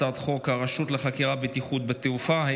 הצעת חוק הרשות לחקירה בטיחותית בתעופה,